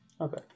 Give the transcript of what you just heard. Okay